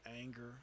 anger